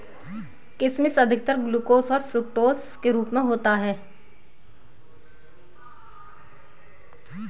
किशमिश अधिकतर ग्लूकोस और फ़्रूक्टोस के रूप में होता है